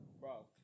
Bro